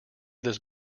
this